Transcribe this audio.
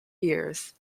years